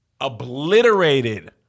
obliterated